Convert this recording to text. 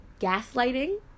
gaslighting